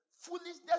Foolishness